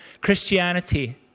Christianity